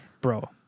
Bro